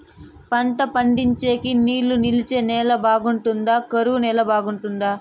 పంట పండించేకి నీళ్లు నిలిచే నేల బాగుంటుందా? కరువు నేల బాగుంటుందా?